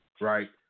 right